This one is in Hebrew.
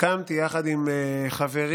הקמתי יחד עם חברי